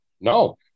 No